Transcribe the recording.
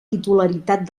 titularitat